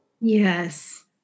Yes